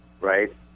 Right